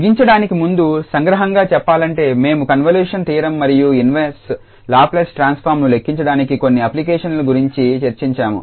ముగించడానికి ముందు సంగ్రహంగా చెప్పాలంటే మేము కన్వల్యూషన్ థీరం మరియు ఇన్వర్స్ లాప్లేస్ ట్రాన్స్ఫార్మ్ను లెక్కించడానికి కొన్ని అప్లికేషన్స్ గురించి చర్చించాము